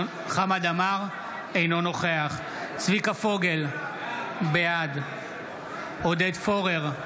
אינו נוכח צביקה פוגל, בעד עודד פורר,